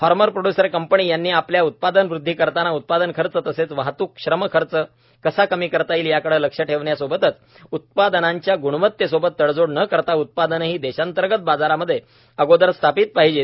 farmer producer company यांनी आपल्या उत्पादनवृद्धी करताना उत्पादन खर्च तसेच वाहतूक श्रम खर्च कसा कमी करता येईल याकडे लक्ष देण्यासोबतच उत्पादनांच्या ग्णवत्ते सोबत तडतोड न करता उत्पादने ही देशांतर्गत बाजारांमध्ये अगोदर स्थापित पाहिजे